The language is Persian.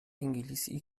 انگلیسی